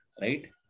right